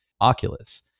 Oculus